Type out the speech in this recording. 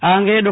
આ અંગે ડો